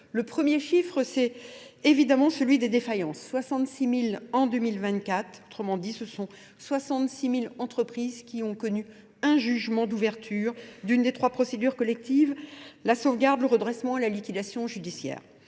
Le premier chiffre, c'est évidemment celui des défaillances. 66 000 en 2024, autrement dit, ce sont 66 000 entreprises qui ont connu un jugement d'ouverture d'une des trois procédures collectives, la sauvegarde, le redressement et la liquidation judiciaire.